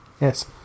Yes